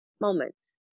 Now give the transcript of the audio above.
moments